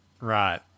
right